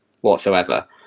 whatsoever